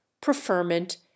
preferment